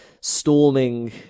storming